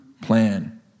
plan